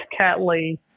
Catley